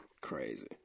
crazy